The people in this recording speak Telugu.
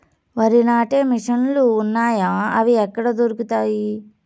వరి నాటే మిషన్ ను లు వున్నాయా? అవి ఎక్కడ దొరుకుతాయి?